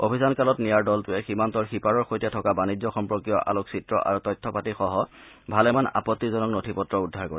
অভিযানকালত নিয়াৰ দলটোৱে সীমান্তৰ সীপাৰৰ সৈতে থকা বাণিজ্য সম্পৰ্কীয় আলোকচিত্ৰ আৰু তথ্য পাতিসহ ভালেমান আপত্তিজনক নথি পত্ৰ উদ্ধাৰ কৰে